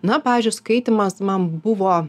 na pavyzdžiui skaitymas man buvo